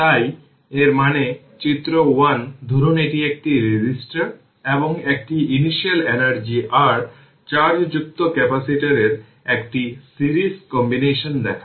তাই তার মানে চিত্র 1 ধরুন এটি একটি রেজিস্টর এবং একটি ইনিশিয়াল এনার্জি r চার্জ যুক্ত ক্যাপাসিটরের একটি সিরিজ কম্বিনেশন দেখায়